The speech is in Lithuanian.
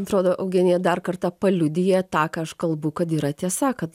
atrodo eugenija dar kartą paliudija tą ką aš kalbu kad yra tiesa kad